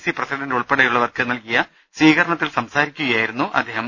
C പ്രസിഡന്റുൾപ്പടെയുള്ളവർക്ക് നൽകിയ സ്ഥീകര ണത്തിൽ സംസാരിക്കുകയായിരുന്നു അദ്ദേഹം